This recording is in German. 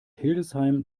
hildesheim